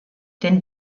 denn